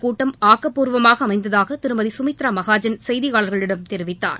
கூட்டம் ஆக்கப்பூர்வமாக அமைந்ததாக திருமதி சுமித்ரா மகாஜன் செய்தியாளர்களிடம் இந்த தெரிவித்தார்